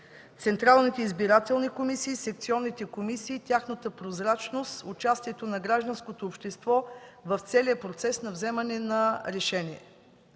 централните избирателни комисии, секционните комисии, тяхната прозрачност, участието на гражданското общество в целия процес на вземане на решения.